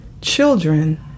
children